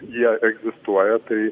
jie egzistuoja tai